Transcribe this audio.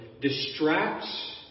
distracts